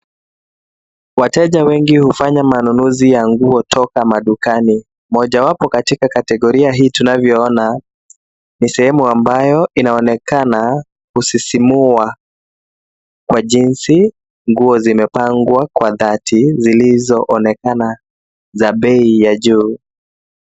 Wateja wengi hufanya manunuzi ya nguo toka madukani. Mojawapo katika kategoria hii, unavyoona ni sehemu ambayo inaonekana kusisimua kwa jinsi nguo zimepangwa kwa dhati, zilizoonekana za bei ya juu.